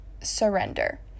surrender